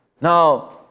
Now